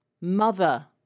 Mother